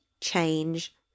change